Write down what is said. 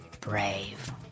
brave